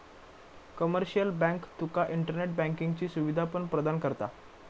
commercial bank तुका internet बँकिंगची सुवीधा पण प्रदान करता